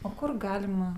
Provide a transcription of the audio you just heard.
o kur galima